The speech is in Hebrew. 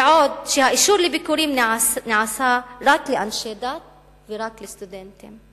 בעוד האישור לביקורים נעשה רק לאנשי דת ורק לסטודנטים.